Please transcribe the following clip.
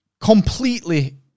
completely